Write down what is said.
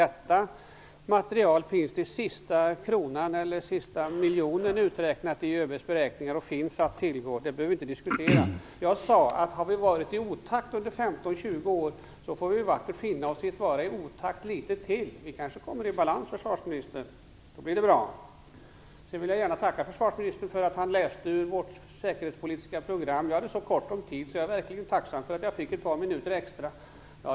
Detta material finns till sista kronan, eller sista miljonen, uträknat i ÖB:s beräkningar och finns att tillgå, så det behöver vi inte diskutera. Jag sade att om vi har varit i otakt under 15-20 år får vi vackert finna oss i att vara i otakt litet till. Vi kanske kommer i balans, försvarsministern, och då blir det bra. Jag vill gärna tacka försvarsministern för att han läste ur vårt säkerhetspolitiska program. Jag hade så kort om tid att jag verkligen är tacksam för att jag fick ett par minuter extra.